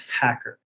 hacker